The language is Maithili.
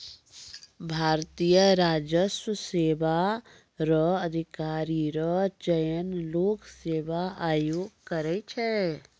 भारतीय राजस्व सेवा रो अधिकारी रो चयन लोक सेवा आयोग करै छै